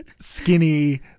skinny